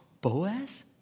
Boaz